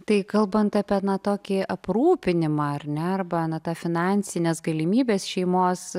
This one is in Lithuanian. tai kalbant apie tokį aprūpinimą ar ne arba na tas finansines galimybes šeimos